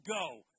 go